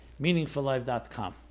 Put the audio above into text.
meaningfullife.com